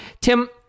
Tim